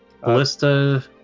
Ballista